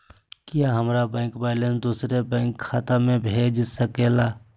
क्या हमारा bank balance दूसरे बैंक खाता में भेज सके ला?